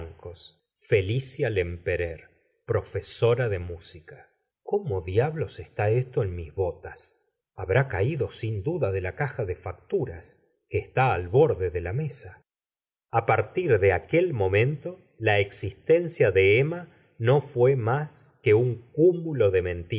felicia lempeteur profesora de música cómo diablos está esto en mis botas habrá gustavo flaubert caldo sin duda de la caja de facturas que está al borde de la mesa a partir de aquel momento la existencia de emma no fué más que un cúmulo de